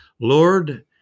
Lord